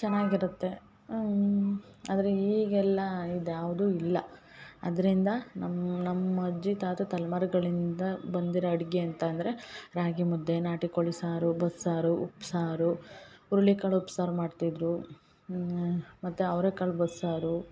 ಚೆನ್ನಾಗಿರತ್ತೆ ಆದರೆ ಈಗೆಲ್ಲ ಇದ್ಯಾವುದೂ ಇಲ್ಲ ಆದ್ದರಿಂದ ನಮ್ಮ ನಮ್ಮ ಅಜ್ಜಿ ತಾತ ತಲೆಮಾರುಗಳಿಂದ ಬಂದಿರೋ ಅಡುಗೆ ಅಂತಂದರೆ ರಾಗಿಮುದ್ದೆ ನಾಟಿಕೋಳಿ ಸಾರು ಬಸ್ಸಾರು ಉಪ್ಪುಸಾರು ಹುರುಳಿಕಾಳು ಉಪ್ಸಾರು ಮಾಡ್ತಿದ್ದರು ಮತ್ತು ಅವರೇಕಾಳು ಬಸ್ಸಾರು